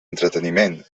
entreteniment